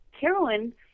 Carolyn